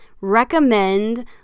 recommend